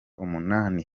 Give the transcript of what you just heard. umunani